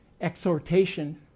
exhortation